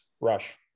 Rush